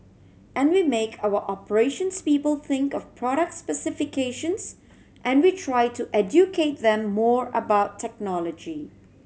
and we make our operations people think of product specifications and we try to educate them more about technology